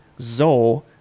Zo